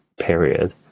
period